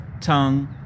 tongue